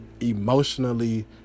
emotionally